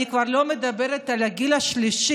אני כבר לא מדברת על הגיל השלישי,